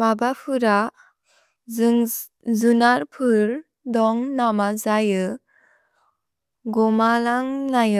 भबफुर द्जुनर्पुर् दोन्ग् नमजयु। गोमलन्ग् नय